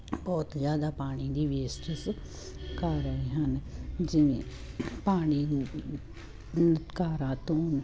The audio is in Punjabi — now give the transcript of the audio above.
ਬਹੁਤ ਜਿਆਦਾ ਪਾਣੀ ਦੀ ਵੇਸਟੇਸ ਕਰ ਰਹੇ ਹਨ ਜਿਵੇਂ ਪਾਣੀ ਨੂੰ ਘਰਾਂ ਤੋਂ